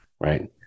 right